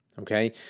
Okay